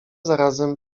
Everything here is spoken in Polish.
zarazem